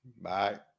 Bye